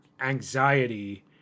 anxiety